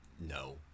no